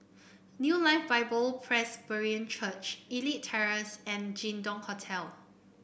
New Life Bible Presbyterian Church Elite Terrace and Jin Dong Hotel